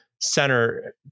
center